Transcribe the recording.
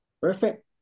Perfect